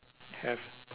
have